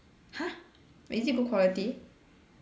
!huh! but is it good quality